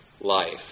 life